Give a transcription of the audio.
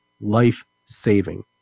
life-saving